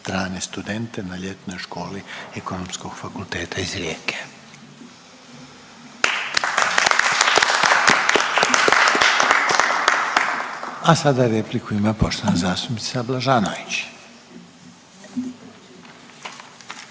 strane studente na ljetnoj školi Ekonomskog fakulteta iz Rijeke. /Pljesak./. A sada repliku ima poštovana zastupnica Blažanović.